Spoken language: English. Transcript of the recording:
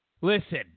Listen